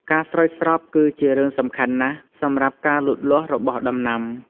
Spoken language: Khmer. ការស្រោចស្រពគឺជារឿងសំខាន់ណាស់សម្រាប់ការលូតលាស់របស់ដំណាំ។